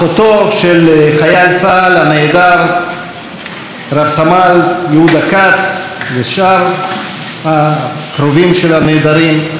אחותו של חייל צה"ל הנעדר רב-סמל יהודה כץ ושאר הקרובים של הנעדרים,